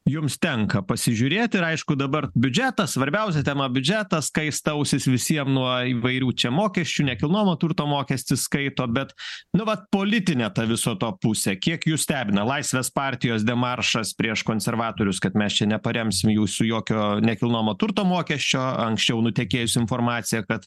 jums tenka pasižiūrėt ir aišku dabar biudžetas svarbiausia tema biudžetas kaista ausys visiem nuo įvairių čia mokesčių nekilnojamo turto mokestis skaito bet nu vat politinė ta viso to pusė kiek jus stebina laisvės partijos demaršas prieš konservatorius kad mes čia neparemsim jūsų jokio nekilnojamo turto mokesčio anksčiau nutekėjus informacija kad